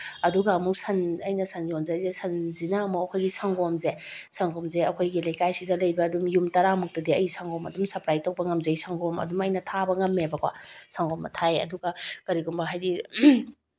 ꯑꯗꯨꯒ ꯑꯃꯨꯛ ꯁꯟ ꯑꯩꯅ ꯁꯟ ꯌꯣꯟꯖꯩꯁꯦ ꯁꯟꯁꯤꯅ ꯑꯃꯨꯛ ꯑꯩꯈꯣꯏꯒꯤ ꯁꯪꯒꯣꯝꯁꯦ ꯁꯪꯒꯣꯝꯁꯦ ꯑꯩꯈꯣꯏꯒꯤ ꯂꯩꯀꯥꯏꯁꯤꯗ ꯂꯩꯕ ꯑꯗꯨꯝ ꯌꯨꯝ ꯇꯔꯥꯃꯨꯛꯇꯗꯤ ꯑꯩ ꯁꯪꯒꯣꯝ ꯑꯗꯨꯝ ꯁꯄ꯭ꯂꯥꯏ ꯇꯧꯕ ꯉꯝꯖꯩ ꯁꯪꯒꯣꯝ ꯑꯗꯨꯝ ꯑꯩꯅ ꯊꯥꯕ ꯉꯝꯃꯦꯕꯀꯣ ꯁꯪꯒꯣꯝꯗꯨ ꯊꯥꯏ ꯑꯗꯨꯒ ꯀꯔꯤꯒꯨꯝꯕ ꯍꯥꯏꯗꯤ